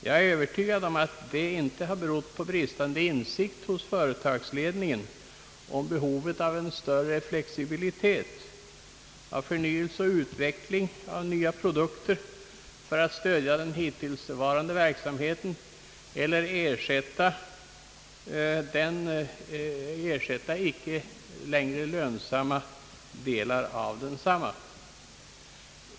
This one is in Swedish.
Jag är övertygad om att det inte har berott på bristande insikt hos företagsledningen om behovet av en större flexibilitet och förnyelse i fråga om utveckling av nya produkter för att stödja den verksamhet man hittills bedrivit eller ersätta icke längre lönsamma delar av den samma.